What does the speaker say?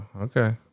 Okay